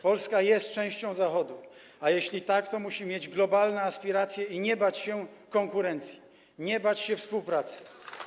Polska jest częścią Zachodu, a jeśli tak, to musi mieć globalne aspiracje i nie bać się konkurencji, nie bać się współpracy.